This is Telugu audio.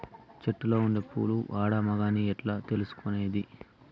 చెట్టులో ఉండే పూలు ఆడ, మగ అని ఎట్లా తెలుసుకునేది?